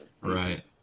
Right